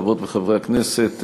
חברות וחברי הכנסת,